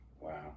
Wow